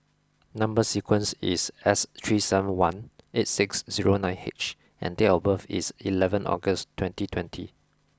number sequence is S three seven one eight six zero nine H and date of birth is eleven August twenty twenty